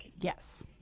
Yes